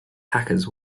hackers